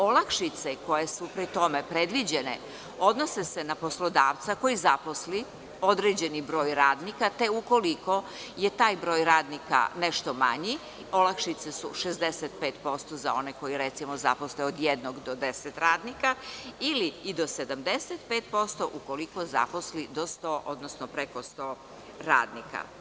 Olakšice koje su pri tome predviđene odnose se na poslodavca koji zaposli određeni broj radnika te ukoliko je taj broj radnika nešto manji olakšice su 65% za one koji recimo zaposle od jednog do deset radnika ili i do 75% ukoliko zaposle do 100, odnosno preko 100 radnika.